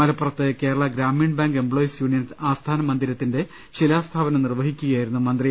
മലപ്പുറത്ത് Kerala Gramin bank employees union ആസ്ഥാന മന്ദിരത്തിന്റെ ശിലാസ്ഥാപനം നിർവഹിക്കുകയായിരുന്നു മന്ത്രി